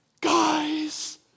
Guys